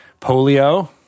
polio